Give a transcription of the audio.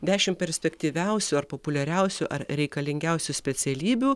dešimt perspektyviausių ar populiariausių ar reikalingiausių specialybių